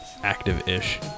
active-ish